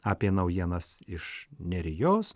apie naujienas iš nerijos